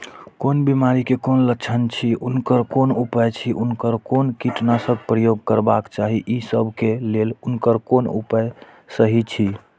कोन बिमारी के कोन लक्षण अछि उनकर कोन उपाय अछि उनकर कोन कीटनाशक प्रयोग करबाक चाही ई सब के लेल उनकर कोन उपाय सहि अछि?